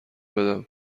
بدم